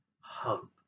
hope